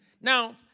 Now